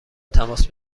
تماس